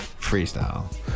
Freestyle